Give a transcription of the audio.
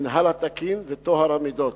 המינהל התקין וטוהר המידות,